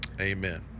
Amen